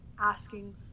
Asking